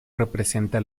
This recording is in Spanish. representa